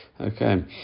Okay